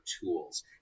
tools